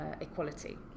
equality